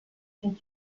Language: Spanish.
que